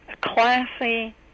classy